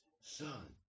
Son